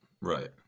right